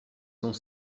sont